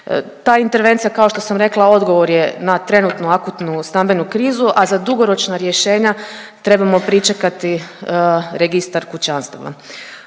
Ta intervencija kao što sam rekla odgovor je na trenutnu akutnu stambenu krizu, a za dugoročna rješenja trebamo pričekati Registar kućanstava.